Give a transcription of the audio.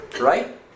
right